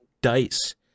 Dice